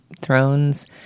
Thrones